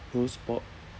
roast pork